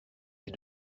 les